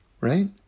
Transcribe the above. right